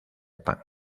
pan